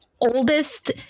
oldest